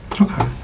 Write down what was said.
Okay